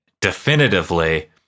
definitively